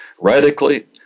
radically